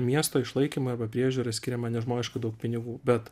miesto išlaikymui arba priežiūrai skiriama nežmoniškai daug pinigų bet